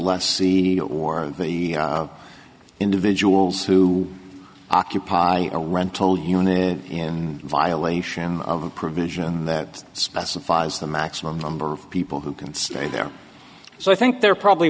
lets cd or the individuals who occupy a rental unit in violation of a provision that specifies the maximum number of people who can stay there so i think there probably